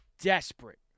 desperate